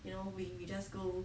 you know we we just go